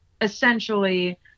essentially